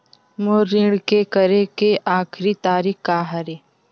मोर ऋण के करे के आखिरी तारीक का हरे?